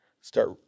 start